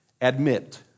Admit